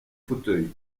fauteuil